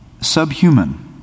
subhuman